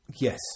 yes